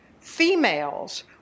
females